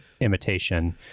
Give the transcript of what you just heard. imitation